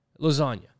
lasagna